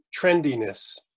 trendiness